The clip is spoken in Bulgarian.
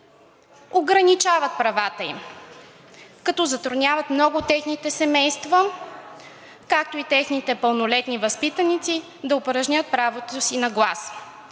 ограничават правата им, като затрудняват много от техните семейства, както и техните пълнолетни възпитаници да упражнят правото си на глас.